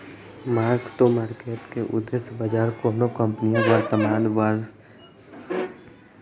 mark to market के उद्देश्य बाजार कोनो कंपनीक वर्तमान वास्तविक मूल्य प्रदान करना होइ छै